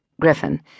Griffin